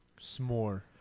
s'more